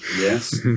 Yes